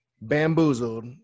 bamboozled